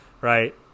right